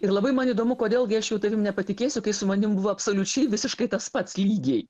ir labai man įdomu kodėl gi aš jau tavim nepatikėsiu kai su manim buvo absoliučiai visiškai tas pats lygiai